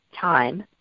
time